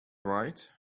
right